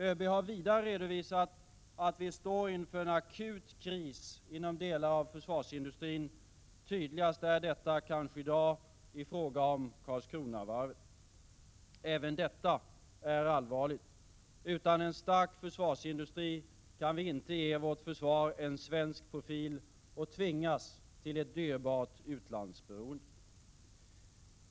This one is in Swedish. ÖB har vidare redovisat att vi står inför en akut kris inom delar av försvarsindustrin. Tydligast är detta i dag kanske i fråga om Karlskronavarvet. Även detta är allvarligt. Utan en stark försvarsindustri kan vi inte ge vårt försvar en svensk profil och tvingas till ett dyrt utlandsberoende.